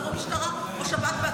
זה או משטרה או שב"ס,